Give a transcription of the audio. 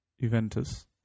Juventus